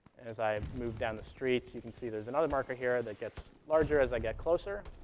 as i move down the street, you can see there's another marker here that gets larger as i get closer.